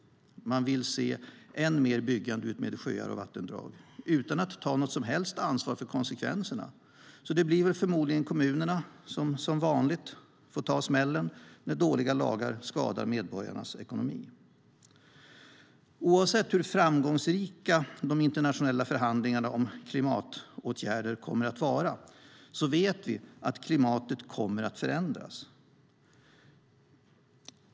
Man vill se ännu mer byggande utmed sjöar och vattendrag utan att ta något som helst ansvar för konsekvenserna. Det blir förmodligen kommunerna som, som vanligt, får ta smällen när dåliga lagar skadar medborgarnas ekonomi. Oavsett hur framgångsrika de internationella förhandlingarna om klimatåtgärder kommer att vara vet vi att klimatet kommer att förändras.